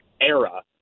era